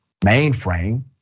mainframe